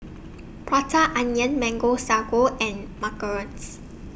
Prata Onion Mango Sago and Macarons